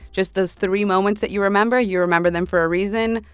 just those three moments that you remember you remember them for a reason.